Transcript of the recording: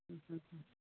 ആ ആ ആ